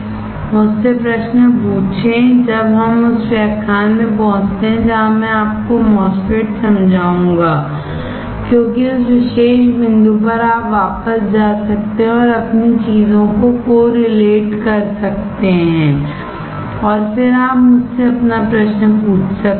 मुझसे प्रश्न पूछें जब हम उस व्याख्यान में पहुंचते हैं जहां मैं आपको MOSFET समझाऊंगा क्योंकि उस विशेष बिंदु पर आप वापस जा सकते हैं और अपनी चीजों को कोरिलेट कर सकते हैं और फिर आप मुझसे अपना प्रश्न पूछ सकते हैं